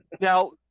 Now